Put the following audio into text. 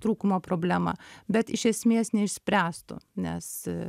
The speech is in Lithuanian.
trūkumo problemą bet iš esmės neišspręstų nes